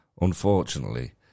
unfortunately